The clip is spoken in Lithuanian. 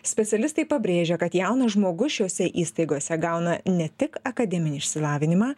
specialistai pabrėžia kad jaunas žmogus šiose įstaigose gauna ne tik akademinį išsilavinimą